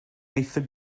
eithaf